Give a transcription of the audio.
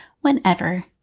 whenever